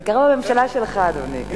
זה קרה בממשלה שלך, אדוני.